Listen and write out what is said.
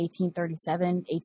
1837